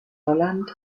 holland